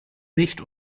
nicht